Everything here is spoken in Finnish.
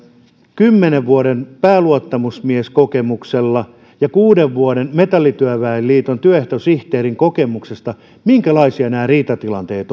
kymmenen vuoden pääluottamusmieskokemuksella ja kuuden vuoden metallityöväen liiton työehtosihteerin kokemuksella minkälaisia nämä riitatilanteet